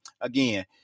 again